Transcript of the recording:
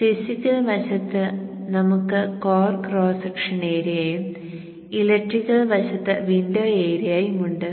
physical വശത്ത് നമുക്ക് core cross section ഏരിയയും ഇലക്ട്രിക്കൽ വശത്ത് വിൻഡോ ഏരിയയും ഉണ്ട്